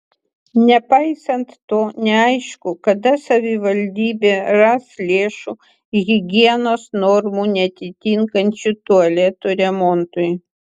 nepaisant to neaišku kada savivaldybė ras lėšų higienos normų neatitinkančių tualetų remontui